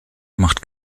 macht